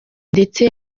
ndetse